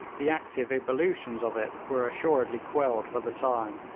the active ebullitions of it were assuredly quelled for the time.